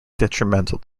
detrimental